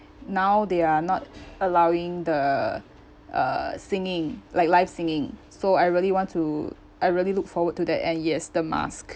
now they are not allowing the uh singing like live singing so I really want to I really look forward to that and yes the mask